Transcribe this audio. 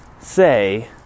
say